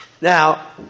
now